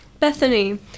Bethany